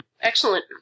Excellent